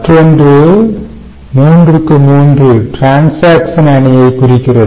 மற்றொன்று 3 x 3 transaction அணியை குறிக்கிறது